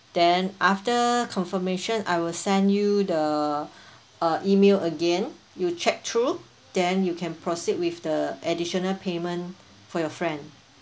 then after confirmation I will send you the uh email again you check through then you can proceed with the additional payment for your friend